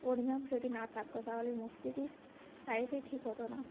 পরিমাপ যদি না থাকত তাহলে মূর্তিটির সাইজই ঠিক হতো না